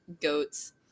goats